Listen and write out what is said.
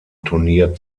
turnier